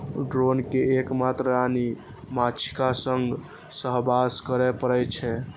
drone कें एक मात्र रानी माछीक संग सहवास करै पड़ै छै